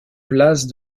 place